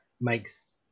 makes